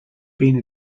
been